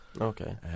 Okay